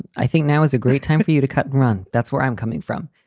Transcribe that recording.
i think now is a great time for you to cut and run. that's where i'm coming from.